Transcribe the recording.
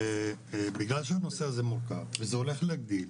בגלל שהנושא הזה מורכב וזה הולך לגדול,